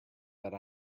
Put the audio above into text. that